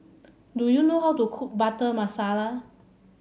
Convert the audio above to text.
do you know how to cook Butter Masala